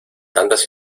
tantas